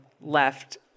left